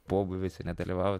pobūviuose nedalyvaut